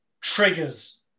triggers